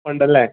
ഉണ്ടല്ലേ